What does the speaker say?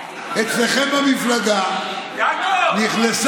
נא להתחיל